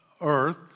earth